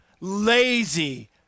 lazy